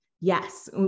yes